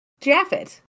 Jaffet